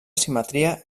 simetria